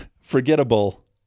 Forgettable